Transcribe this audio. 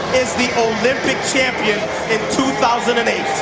is the olympic champion in two thousand and eight